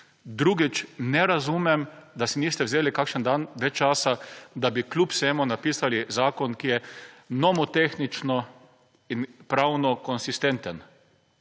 Drugič, ne razumem, da si niste vzeli kakšen dan več časa, da bi kljub vsemu napisali zakon, ki je nomotehnično in pravno konsistenten.